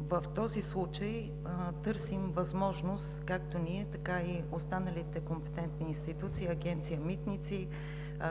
В този случай търсим възможност както ние, така и останалите компетентни институции – Агенция „Митници“,